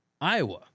Iowa